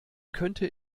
könnte